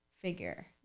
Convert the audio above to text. figure